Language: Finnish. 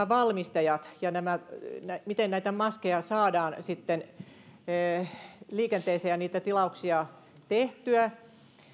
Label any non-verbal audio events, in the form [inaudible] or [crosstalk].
[unintelligible] valmistajista ja siitä miten näitä maskeja saadaan liikenteeseen ja niitä tilauksia tehtyä